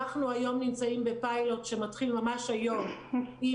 אנחנו נמצאים בפיילוט שמתחיל ממש היום עם